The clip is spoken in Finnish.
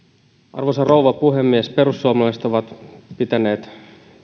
arvoisa rouva puhemies perussuomalaiset ovat pitäneet